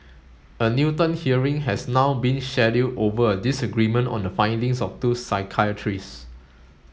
a Newton hearing has now been scheduled over a disagreement on the findings of two psychiatrists